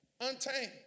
untamed